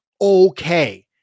okay